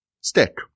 stick